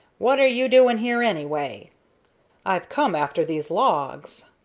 what are you doing here, anyway? i've come after these logs.